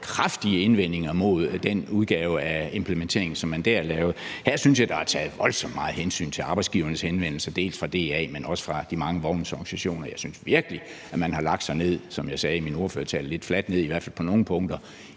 kraftige indvendinger mod den udgave af implementeringen, som man der lavede. Her synes jeg, der er taget voldsomt meget hensyn til arbejdsgivernes henvendelser, både fra DA, men også fra de mange vognmandsorganisationer. Jeg synes virkelig, at man, som jeg sagde i min ordførertale, har lagt sig lidt fladt ned, i hvert fald på nogle punkter,